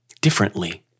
differently